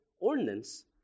ordinance